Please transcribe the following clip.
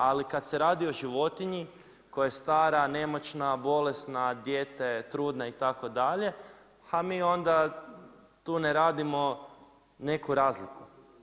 Ali, kad se radi o životinji, koja je stara, nemoćna, bolesna, dijete trudna itd. a mi onda tu ne radimo neku razliku.